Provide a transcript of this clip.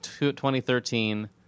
2013